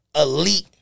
Elite